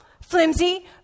flimsy